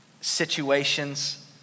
situations